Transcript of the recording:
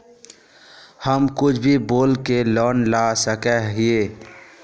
हम कुछ भी बोल के लोन ला सके हिये?